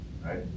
Right